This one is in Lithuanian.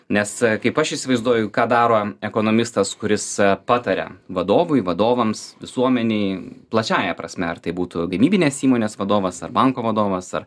nes kaip aš įsivaizduoju ką daro ekonomistas kuris pataria vadovui vadovams visuomenėj plačiąja prasme ar tai būtų gamybinės įmonės vadovas ar banko vadovas ar